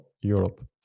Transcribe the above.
Europe